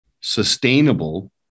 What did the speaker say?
sustainable